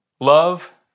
Love